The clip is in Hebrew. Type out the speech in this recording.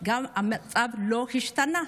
גם היום המצב לא השתנה.